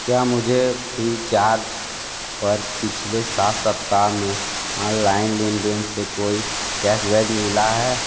क्या मुझे फ्रीचार्ज पर पिछले सात सप्ताह में आनलाइन लेनदेन से कोई कैशबैक मिला है